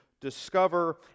discover